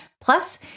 Plus